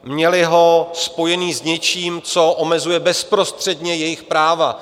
Měli ho spojený s něčím, co omezuje bezprostředně jejich práva.